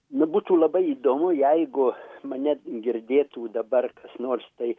nu būtų labai įdomu jeigu mane girdėtų dabar kas nors taip